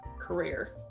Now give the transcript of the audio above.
career